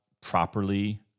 properly